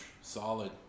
Solid